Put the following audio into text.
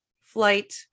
flight